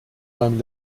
meinem